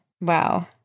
Wow